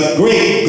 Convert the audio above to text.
great